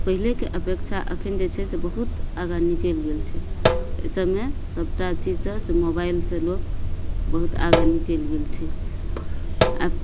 पहिलेके अपेक्षा अखैन जे छै से बहुत आगाँ निकलि गेल छै एहि सबमे सबटा चीज सऽ से मोबाइल सऽ लोक बहुत आगाँ निकलि गेल छै आ